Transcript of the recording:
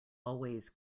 always